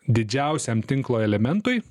didžiausiam tinklo elementui